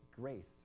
grace